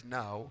now